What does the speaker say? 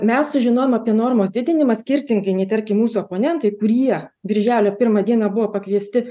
mes sužinojom apie normos didinimą skirtingai nei tarkim mūsų oponentai kurie birželio pirmą dieną buvo pakviesti